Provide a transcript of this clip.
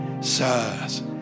Sirs